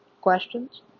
Questions